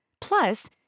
Plus